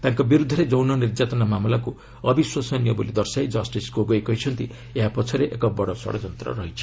ତାଙ୍କ ବିରୁଦ୍ଧରେ ଯୌନ ନିର୍ଯାତନା ମାମଲାକୁ ଅବିଶ୍ୱସନୀୟ ବୋଲି ଦର୍ଶାଇ କଷ୍ଟିସ୍ ଗୋଗୋଇ କହିଛନ୍ତି ଏହା ପଛରେ ଏକ ବଡ଼ ଷଡ଼ଯନ୍ତ୍ର ରହିଛି